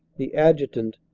the adjutant,